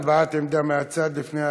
הבעת עמדה מהצד לפני ההצבעה.